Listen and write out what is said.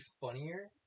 funnier